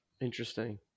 interesting